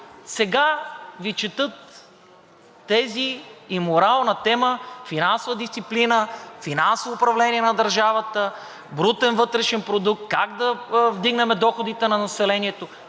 сега Ви четат тези и морал на тема финансова дисциплина, финансово управление на държавата, брутен вътрешен продукт, как да вдигнем доходите на населението.